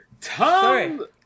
Tom